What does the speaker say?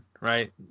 right